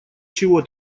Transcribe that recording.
чего